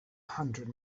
hundred